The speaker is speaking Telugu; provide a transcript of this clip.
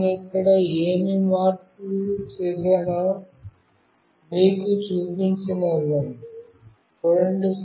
నేను ఇక్కడ ఏమి మార్పు చేశానో మీకు చూపించనివ్వండి